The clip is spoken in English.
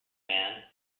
man